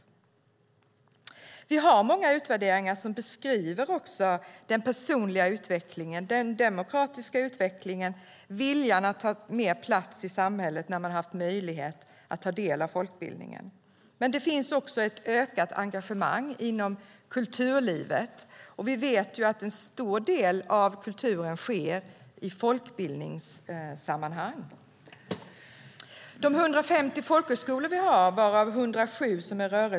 Det finns många utvärderingar som också beskriver den personliga utvecklingen, den demokratiska utvecklingen och viljan att ta mer plats i samhället när man har haft möjlighet att ta del av folkbildningen. Men det finns också ett ökat engagemang inom kulturlivet, och vi vet att en stor del av kulturen sker i folkbildningssammanhang.